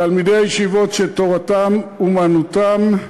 תלמידי הישיבות שתורתם אומנותם,